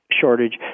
shortage